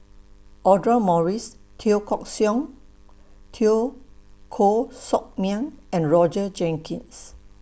Audra Morrice Teo Teo Koh Sock Miang and Roger Jenkins